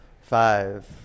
Five